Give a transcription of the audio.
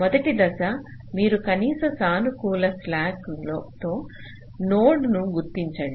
మొదటి దశ మీరు కనీస సానుకూల స్లాక్తో నోడ్ను గుర్తించండి